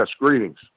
greetings